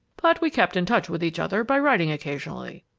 but we kept in touch with each other by writing occasionally.